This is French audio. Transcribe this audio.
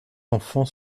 enfants